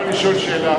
אני יכול לשאול שאלה?